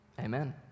Amen